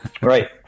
Right